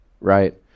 right